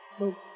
so